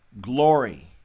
glory